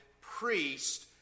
priest